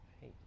Hey